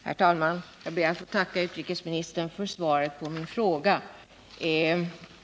Herr talman! Jag ber att få tacka utrikesministern för svaret på min fråga.